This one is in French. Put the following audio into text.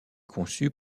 conçu